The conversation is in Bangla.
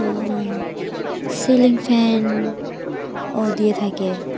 সিলিং ফ্যানও দিয়ে থাকে